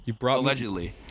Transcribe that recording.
Allegedly